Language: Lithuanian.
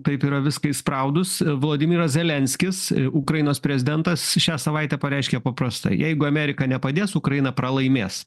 taip yra viską įspraudus vladimiras zelenskis ukrainos prezidentas šią savaitę pareiškė paprastai jeigu amerika nepadės ukraina pralaimės